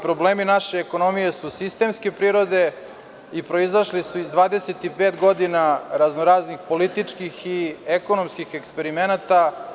Problemi naše ekonomije su sistemske prirode i proizašli su iz 25 godina raznoraznih političkih i ekonomskih eksperimenata.